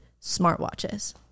smartwatches